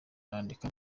nandika